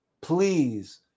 please